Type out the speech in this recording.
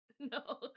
no